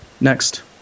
next